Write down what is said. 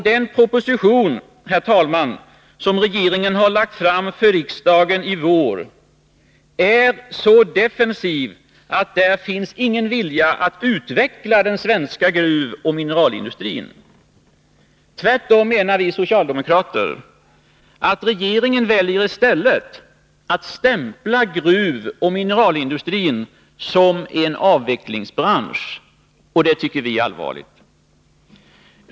Den proposition som regeringen lagt fram för riksdagen i vår är så defensiv att där inte finns någon vilja att utveckla den svenska gruvoch mineralindustrin. Tvärtom, menar vi socialdemokrater: regeringen väljer i stället att stämpla gruvoch mineralindustrin som en avvecklingsbransch. Det tycker vi är allvarligt.